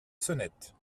sonnette